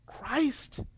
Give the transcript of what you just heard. Christ